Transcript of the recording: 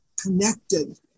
connected